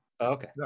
Okay